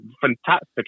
Fantastic